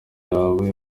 yawe